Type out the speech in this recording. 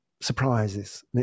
surprises